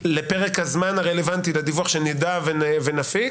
לפרק הזמן הרלוונטי לדיווח שנדע ונפיק.